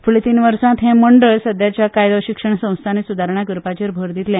फुडल्या तीन वर्सात हे मंडळ सद्याच्या कायदो शिक्षण संस्थांनी सुदारणा करपाचेर भर दितले